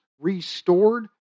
restored